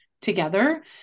together